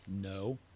No